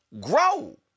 grow